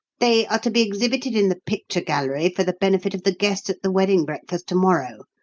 they are to be exhibited in the picture-gallery for the benefit of the guests at the wedding breakfast to-morrow,